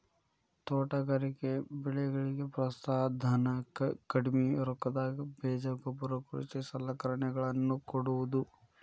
ತೋಟಗಾರಿಕೆ ಬೆಳೆಗಳಿಗೆ ಪ್ರೋತ್ಸಾಹ ಧನ, ಕಡ್ಮಿ ರೊಕ್ಕದಾಗ ಬೇಜ ಗೊಬ್ಬರ ಕೃಷಿ ಸಲಕರಣೆಗಳ ನ್ನು ಕೊಡುವುದು